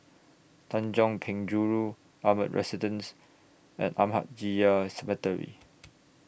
Tanjong Penjuru Ardmore Residence and Ahmadiyya Cemetery